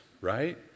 right